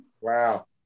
Wow